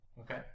Okay